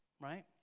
right